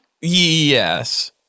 Yes